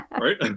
right